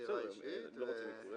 בהודעה אישית --- אם הם לא רוצים עיקול,